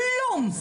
כלום.